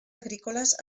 agrícoles